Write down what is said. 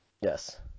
Yes